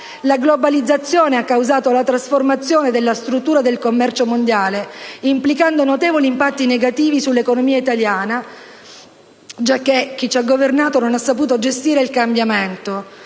La globalizzazione ha causato la trasformazione della struttura del commercio mondiale, implicando notevoli impatti negativi sull'economia italiana, giacché chi ci ha governato non ha saputo gestire il cambiamento.